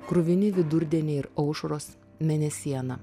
kruvini vidurdieniai ir aušros mėnesiena